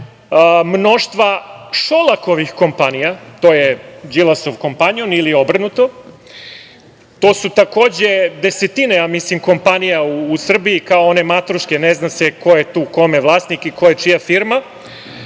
mnoštva Šolakovih kompanija, to je Đilasov kompanjon ili obrnuto. To su takođe desetine kompanija u Srbiji, kao one matruške, ne zna se ko je tu kome vlasnik i koja je čija firma.